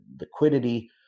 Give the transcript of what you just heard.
liquidity